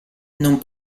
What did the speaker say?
non